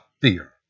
fear